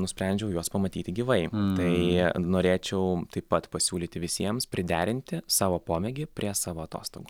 nusprendžiau juos pamatyti gyvai tai norėčiau taip pat pasiūlyti visiems priderinti savo pomėgį prie savo atostogų